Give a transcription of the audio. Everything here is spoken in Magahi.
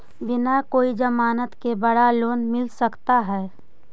बिना कोई जमानत के बड़ा लोन मिल सकता है?